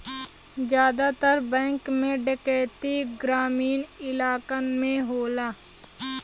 जादातर बैंक में डैकैती ग्रामीन इलाकन में होला